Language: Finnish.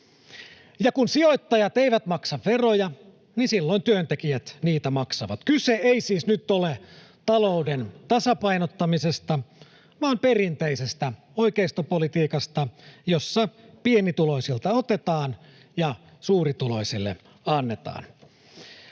kun sijoittajat eivät maksa veroja, niin silloin työntekijät niitä maksavat. Kyse ei siis nyt ole talouden tasapainottamisesta vaan perinteisestä oikeistopolitiikasta, jossa pienituloisilta otetaan ja suurituloiselle annetaan.